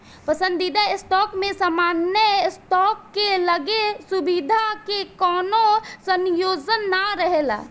पसंदीदा स्टॉक में सामान्य स्टॉक के लगे सुविधा के कवनो संयोजन ना रहेला